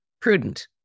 Prudent